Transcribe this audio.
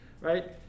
right